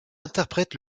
interprète